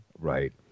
Right